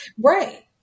right